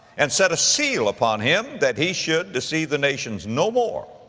and set a seal upon him, that he should deceive the nations no more,